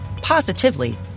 positively